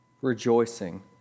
rejoicing